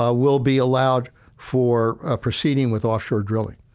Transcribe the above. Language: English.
ah will be allowed for ah proceeding with offshore drilling.